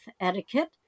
Etiquette